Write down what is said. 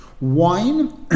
Wine